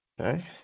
Okay